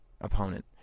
opponent